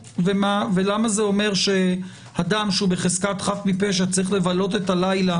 ולמה זה אומר שאדם שבחזקת חף מפשע צריך לבלות את הלילה